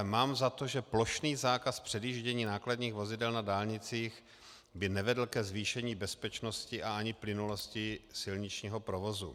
Mám za to, že plošný zákaz předjíždění nákladních vozidel na dálnicích by nevedl ke zvýšení bezpečnosti a ani plynulosti silničního provozu.